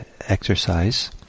exercise